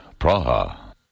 Praha